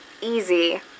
easy